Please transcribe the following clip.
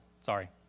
sorry